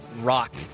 rock